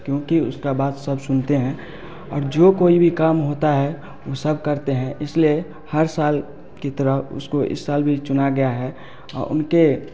क्योंकि उसका बात सब सुनते हैं और जो कोई भी काम होता है वो सब करते हैं इसलिए हर साल की तरह उसको इस साल भी चुना गया है और उनके